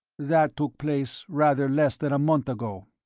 that took place rather less than a month ago.